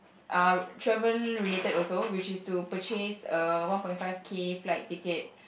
Uh travel related also which is to purchase a one point five K flight ticket